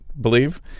believe